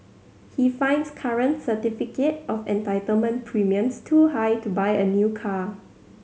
he finds current certificate of entitlement premiums too high to buy a new car